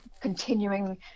continuing